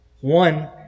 One